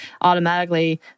automatically